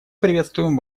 приветствуем